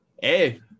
Hey